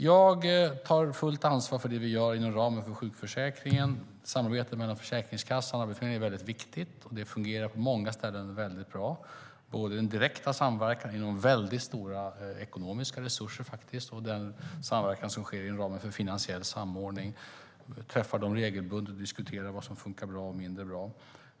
Jag tar fullt ansvar för det vi gör inom ramen för sjukförsäkringen. Samarbetet mellan Försäkringskassan och Arbetsförmedlingen är viktigt. Det fungerar väldigt bra på många ställen, både den direkta samverkan inom stora ekonomiska resurser och den samverkan som sker inom ramen för finansiell samordning. Jag träffar dem regelbundet och diskuterar vad som funkar bra och mindre bra.